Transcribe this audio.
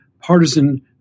partisan